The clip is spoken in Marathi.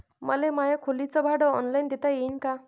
मले माया खोलीच भाड ऑनलाईन देता येईन का?